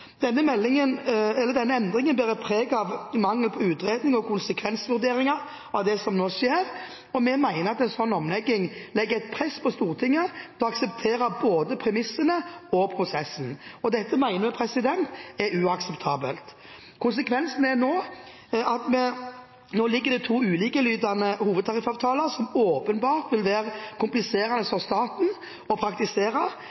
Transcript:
Denne endringen bærer preg av mangel på utredning og konsekvensvurderinger av det som nå skjer, og vi mener at en sånn omlegging legger et press på Stortinget til å akseptere både premissene og prosessen. Dette mener vi er uakseptabelt. Konsekvensen er at det nå er to ulikelydende hovedtariffavtaler, som åpenbart vil være kompliserende